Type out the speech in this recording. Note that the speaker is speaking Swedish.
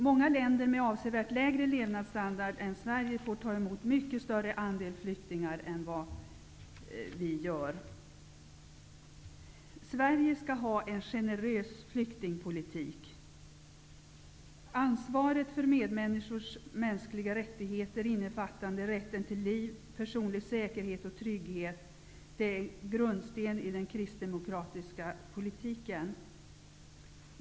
Många länder med avsevärt lägre levnads standard än Sverige får ta emot en mycket större andel flyktingar än vad vi gör. Sverige skall ha en generös flyktingpolitik. An svaret för medmänniskors mänskliga rättigheter, innefattande rätten till liv, personlig säkerhet och trygghet, är en grundsten i den kristdemokratiska politiken.